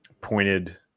pointed